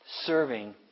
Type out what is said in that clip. Serving